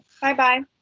Bye-bye